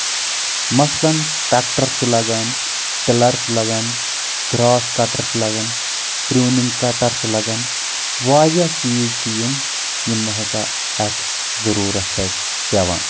مثلن ٹریکٹر چھُ لگان ٹِلر چھُ لگان گرٛاس کٹر چھُ لگان پرونگ کٹر چھُ لگان واریاہ چیٖز چھِ یِم یِم ہسا اتھ ضروٗرتھ چھ اسہِ پؠوان